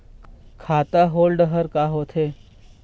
खाता होल्ड हर का होथे?